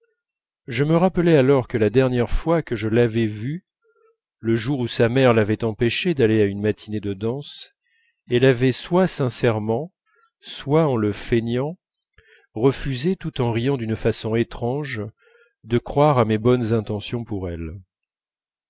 je me rappelai alors que la dernière fois que je l'avais vue le jour où sa mère l'avait empêchée d'aller à une matinée de danse elle avait soit sincèrement soit en le feignant refusé tout en riant d'une façon étrange de croire à mes bonnes intentions pour elle